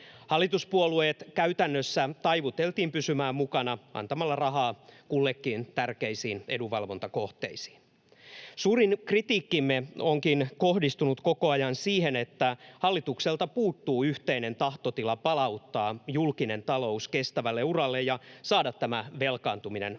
Hallituspuolueet käytännössä taivuteltiin pysymään mukana antamalla rahaa kullekin tärkeisiin edunvalvontakohteisiin. Suurin kritiikkimme onkin kohdistunut koko ajan siihen, että hallitukselta puuttuu yhteinen tahtotila palauttaa julkinen talous kestävälle uralle ja saada tämä velkaantuminen hallintaan.